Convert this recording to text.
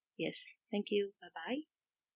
yes thank you bye bye